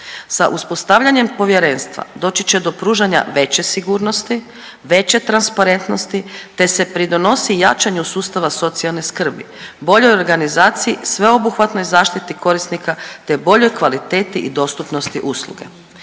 Sa uspostavljanjem povjerenstva doći će do pružanja veće sigurnosti, veće transparentnosti te se pridonosi jačanju sustava socijalne skrbi, boljoj organizaciji, sveobuhvatnoj zaštiti korisnika te boljoj kvaliteti i dostupnosti usluge.